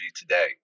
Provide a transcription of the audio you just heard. today